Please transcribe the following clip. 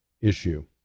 issue